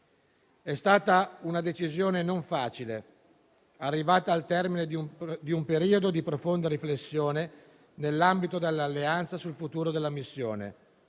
È stata una decisione non facile, arrivata al termine di un di un periodo di profonda riflessione nell'ambito dall'Alleanza sul futuro della missione.